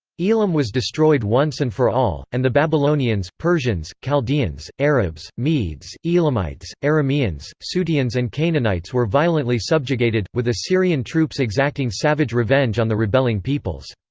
elam was destroyed once and for all, and the babylonians, persians, chaldeans, arabs, medes, elamites, arameans, suteans and canaanites were violently subjugated, with assyrian troops exacting savage revenge on the rebelling peoples.